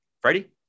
Freddie